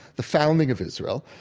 the founding of israel,